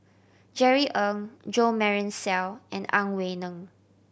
Jerry Ng Jo Marion Seow and Ang Wei Neng